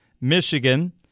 Michigan